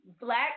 black